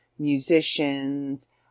musicians